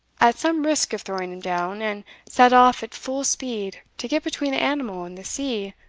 at some risk of throwing him down, and set off at full speed to get between the animal and the sea,